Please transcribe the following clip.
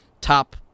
top